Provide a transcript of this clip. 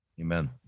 Amen